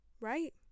right